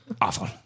Awful